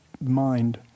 mind